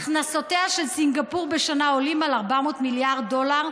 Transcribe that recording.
הכנסותיה של סינגפור בשנה עולים על 400 מיליארד דולר,